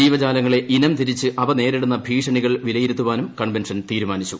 ജീവജാലങ്ങളെ ഇനം തിരിച്ച് അവ നേരിടുന്ന ഭീഷണികൾ വിലയിരുത്താനും കൺവെൻഷൻ തീരുമാനിച്ചു